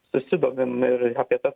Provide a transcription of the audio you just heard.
susidomim ir apie tas